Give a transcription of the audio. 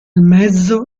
mezzo